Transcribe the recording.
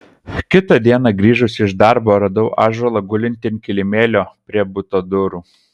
kitą dieną grįžusi iš darbo radau ąžuolą gulintį ant kilimėlio prie buto durų